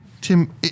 Tim